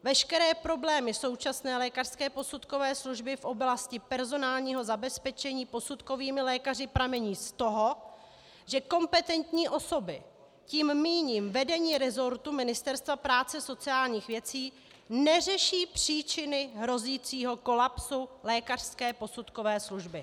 Veškeré problémy současné lékařské posudkové služby v oblasti personálního zabezpečení posudkovými lékaři pramení z toho, že kompetentní osoby, tím míním vedení resortu Ministerstva práce a sociálních věcí, neřeší příčiny hrozícího kolapsu lékařské posudkové služby.